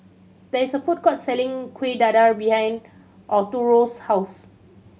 there's a food court selling Kueh Dadar behind Arturo's house